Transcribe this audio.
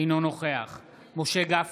אינו נוכח משה גפני,